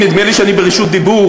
נדמה לי שאני ברשות דיבור,